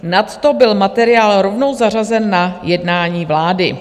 Nadto byl materiál rovnou zařazen na jednání vlády.